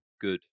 good